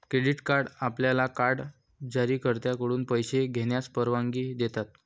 credit card आपल्याला card जारीकर्त्याकडून पैसे घेण्यास परवानगी देतात